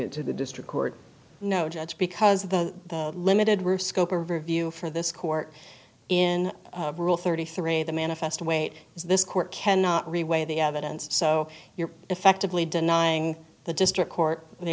it to the district court no judge because the limited were scope of review for this court in rule thirty three the manifest weight is this court cannot reweigh the evidence so you're effectively denying the district court the